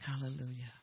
Hallelujah